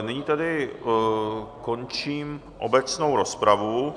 Nyní tedy končím obecnou rozpravu.